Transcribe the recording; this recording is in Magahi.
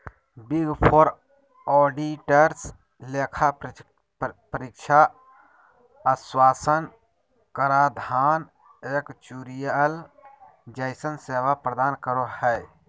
बिग फोर ऑडिटर्स लेखा परीक्षा आश्वाशन कराधान एक्चुरिअल जइसन सेवा प्रदान करो हय